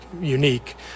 unique